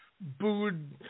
booed